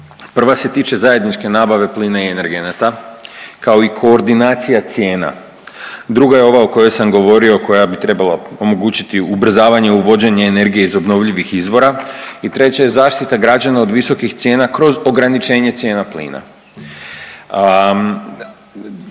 Prva se tiče zajedničke nabave plina i energenata kao i koordinacija cijena. Druga je ova o kojoj sam govorio koja bi trebala omogućiti ubrzavanje, uvođenje energije iz obnovljivih izvora i treće je zaštita građana od visokih cijena kroz ograničenje cijena plina.